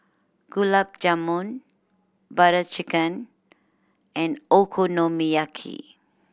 Gulab Jamun Butter Chicken and Okonomiyaki